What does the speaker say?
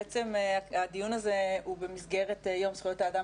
בעצם הדיון הזה הוא במסגרת יום זכויות האדם